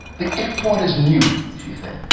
the airport is new she said.